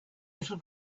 little